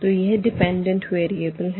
तो यह dependent variable है